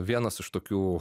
vienas iš tokių